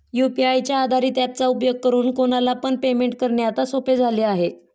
UPI च्या आधारित app चा उपयोग करून कोणाला पण पेमेंट करणे आता सोपे झाले आहे